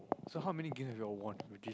so how many games have you all won with this